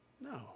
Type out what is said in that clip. No